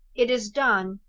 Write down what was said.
it is done.